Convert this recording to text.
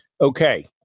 Okay